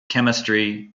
chemistry